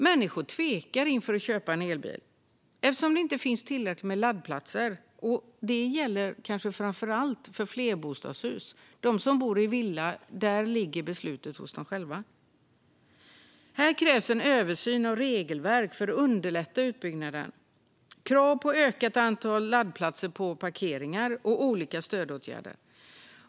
Människor tvekar inför att köpa elbil eftersom det inte finns tillräckligt med laddplatser. Detta gäller kanske framför allt flerbostadshus, då de som bor i villa själva kan bestämma. Det krävs en översyn av regelverk för att underlätta utbyggnaden, krav på ökat antal laddplatser på parkeringar och olika stödåtgärder.